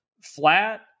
flat